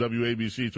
wabc